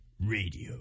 Radio